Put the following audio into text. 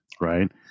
right